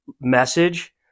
message